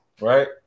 Right